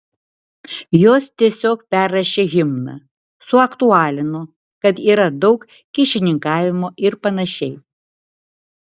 jos tiesiog perrašė himną suaktualino kad yra daug kyšininkavimo ir panašiai